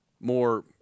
more